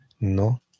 No